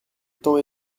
temps